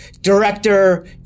director